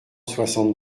soixante